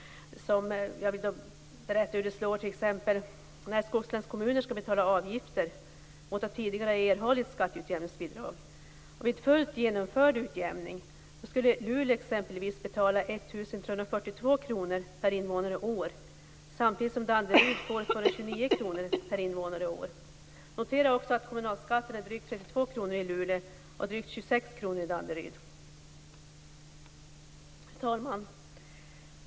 Låt mig berätta hur det slår t.ex. när skogslänskommuner som tidigare har erhållit skatteutjämningsbidrag skall betala avgifter. Vid fullt genomförd utjämning skulle t.ex. Luleå betala 1 342 kr per invånare och år samtidigt som Danderyd betalar bara Fru talman!